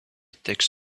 tax